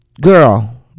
Girl